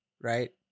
Right